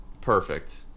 perfect